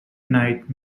night